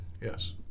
yes